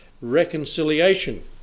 Reconciliation